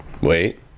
Wait